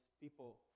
people